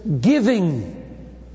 giving